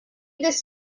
this